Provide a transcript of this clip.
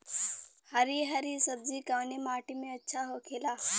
हरी हरी सब्जी कवने माटी में अच्छा होखेला?